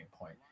point